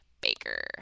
Baker